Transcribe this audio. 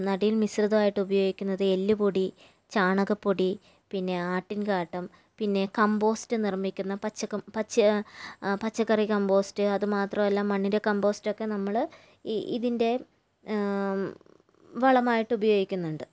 നടീൽ മിശ്രിതമായിട്ട് ഉപയോഗിക്കുന്നത് എല്ലുപൊടി ചാണകപ്പൊടി പിന്നെ ആട്ടിൻ കാട്ടം പിന്നെ കംപോസ്റ്റ് നിർമിക്കുന്ന പച്ചക്കം പച്ച പച്ചക്കറി കമ്പോസ്റ്റ് അതുമാത്രമല്ല മണ്ണിരക്കമ്പോസ്റ്റൊക്കെ നമ്മള് ഈ ഇതിൻ്റെ വളമായിട്ട് ഉപയോഗിക്കുന്നുണ്ട്